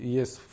jest